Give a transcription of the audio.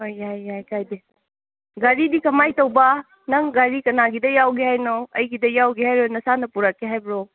ꯍꯣꯏ ꯌꯥꯏ ꯌꯥꯏ ꯀꯥꯏꯗꯦ ꯒꯥꯔꯤꯗꯤ ꯀꯃꯥꯏꯅ ꯇꯧꯕ ꯅꯪ ꯒꯥꯔꯤ ꯀꯅꯥꯒꯤꯗ ꯌꯥꯎꯒꯦ ꯍꯥꯏꯅꯣ ꯑꯩꯒꯤꯗ ꯌꯥꯎꯒꯦ ꯍꯥꯏꯔꯣ ꯅꯁꯥꯅ ꯄꯨꯔꯛꯀꯦ ꯍꯥꯏꯕ꯭ꯔꯣ